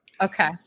Okay